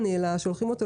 ואת הסיכום.